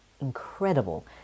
incredible